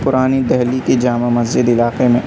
پرانی دہلی کے جامع مسجد علاقے میں